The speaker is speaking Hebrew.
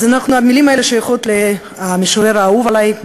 המילים האלה שייכות למשורר האהוב עלי,